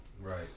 right